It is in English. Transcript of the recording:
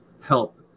help